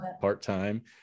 part-time